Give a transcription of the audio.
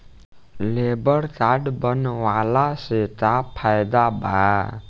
Labour card बनवाला से का फायदा बा?